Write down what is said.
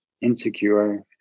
insecure